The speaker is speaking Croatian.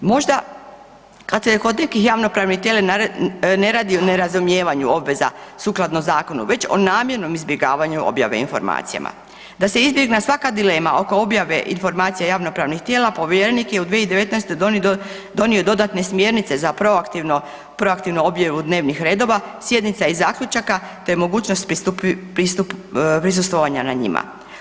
Možda kad se kod nekih javnopravnih tijela ne radi o nerazumijevanju obveza sukladno zakonu, već o namjernom izbjegavanju objave informacijama, da se izbjegne svaka dilema oko objave informacije javnopravnih tijela povjerenik je u 2019. donio dodatne smjernice za proaktivnu objavu dnevnih redova sjednica i zaključaka te mogućnost prisustvovanja na njima.